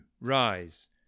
rise